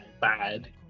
bad